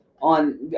on